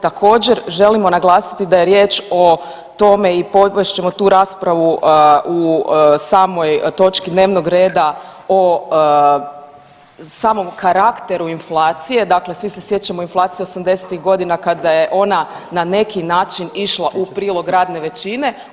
Također, želimo naglasiti da je riječ o tome i povest ćemo tu raspravu u samoj točki dnevnog reda o samom karakteru inflacije, dakle svi se sjećamo inflacije 80-ih godina kada je ona na neki način išla u prilog radne većine.